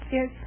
Yes